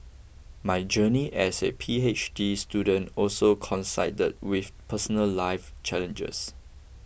my journey as a P H D student also coincided with personal life challenges